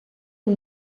una